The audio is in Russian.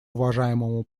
уважаемому